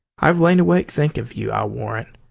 i've lain awake thinking of you, i'll warrant,